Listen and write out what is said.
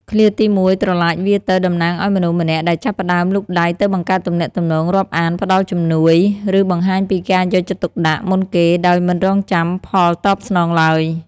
ឃ្លាទីមួយ "ប្រឡាចវារទៅ" តំណាងឲ្យមនុស្សម្នាក់ដែលចាប់ផ្តើមលូកដៃទៅបង្កើតទំនាក់ទំនង រាប់អាន ផ្តល់ជំនួយ ឬបង្ហាញពីការយកចិត្តទុកដាក់មុនគេដោយមិនរង់ចាំផលតបស្នងឡើយ។